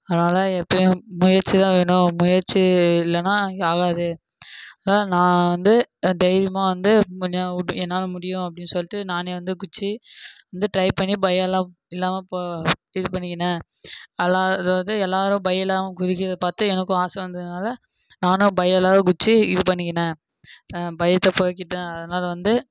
அதனால் எப்போயும் முயற்சிதான் வேணும் முயற்சி இல்லைனா ஆகாது ஆனால் நான் வந்து தைரியமாக வந்து கொஞ்சம் என்னால முடியும் அப்படின்னு சொல்லிட்டு நானே வந்து குச்சி வந்து டிரை பண்ணி பயலான் இல்லாம இப்போ இது பண்ணிக்கின்ன அதாவது எல்லாரும் பயம் இல்லாம குதிக்கிறது பார்த்து எனக்கும் ஆசை வந்ததுனால நானும் பயம் இல்லாத குச்சி இது பண்ணிகின்ன பயத்தை போக்கிவிட்டன் அதனால் வந்து